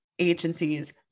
agencies